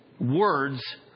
words